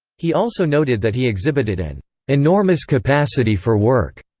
he also noted that he exhibited an enormous capacity for work.